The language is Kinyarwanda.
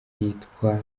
bitwa